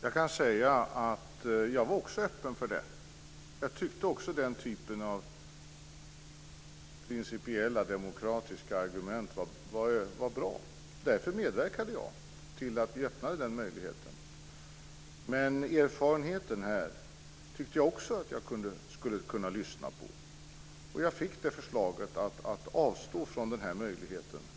Fru talman! Jag var också öppen för det. Jag tyckte också att den typen av principiella demokratiska argument var bra. Därför medverkade jag till att vi öppnade denna möjlighet. Men jag tyckte att jag skulle kunna lyssna på den erfarenhet som fanns. Jag fick förslaget att avstå från denna möjlighet.